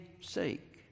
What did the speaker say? sake